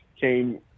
came